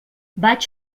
vaig